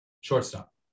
Shortstop